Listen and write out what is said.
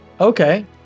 Okay